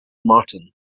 martin